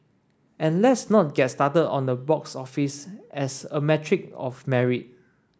and let's not get started on the box office as a metric of merit